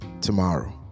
tomorrow